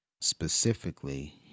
specifically